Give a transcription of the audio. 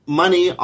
money